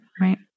right